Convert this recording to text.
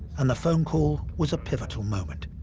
and the phone call was a pivotal moment.